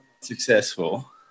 successful